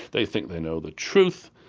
they think they know the truth,